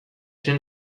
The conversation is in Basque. zen